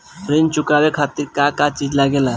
ऋण चुकावे के खातिर का का चिज लागेला?